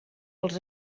els